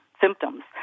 symptoms